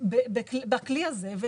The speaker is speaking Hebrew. בכלי הזה.